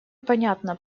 понятно